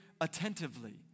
attentively